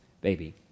baby